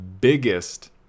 biggest